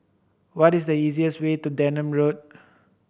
what is the easier's way to Denham Road